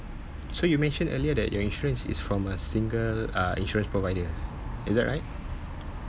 so you mentioned earlier that your insurance is from a single uh insurance provider ah is that right